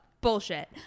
Bullshit